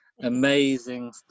Amazing